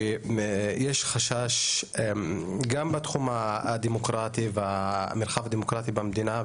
שיש חשש גם בתחום הדמוקרטי והמרחב הדמוקרטי במדינה,